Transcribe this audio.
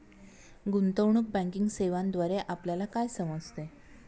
गुंतवणूक बँकिंग सेवांद्वारे आपल्याला काय समजते?